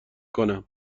کنم